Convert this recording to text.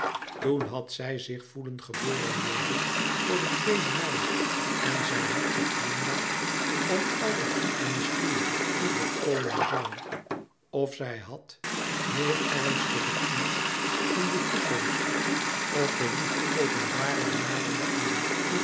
toen had zij zich voelen geboren worden voor de tweede maal en zij had geglimlacht om al het zoete mysterie dat komen zoû of zij had heel ernstig getuurd in de toekomst of de lieve openbaring naderde aan